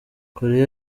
korea